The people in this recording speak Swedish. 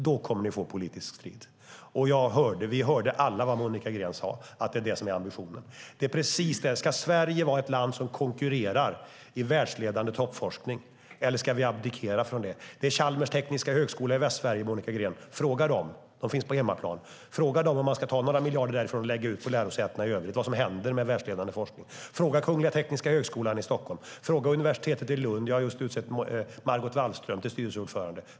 Det lovar jag. Vi hörde alla vad Monica Green sade, nämligen att det är detta som är ambitionen. Ska Sverige vara ett land som konkurrerar i världsledande toppforskning, eller ska vi abdikera från det? Det är Chalmers tekniska högskola i Västsverige, Monica Green. Fråga dem - de finns på hemmaplan - om man ska ta några miljarder därifrån och lägga ut dem på lärosätena i övrigt och vad som då händer med världsledande forskning. Fråga Kungliga Tekniska högskolan i Stockholm. Fråga Lunds universitet. Jag har just utsett Margot Wallström till styrelseordförande där.